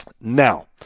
Now